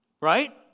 right